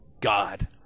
God